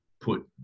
put